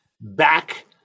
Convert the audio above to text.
back